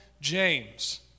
James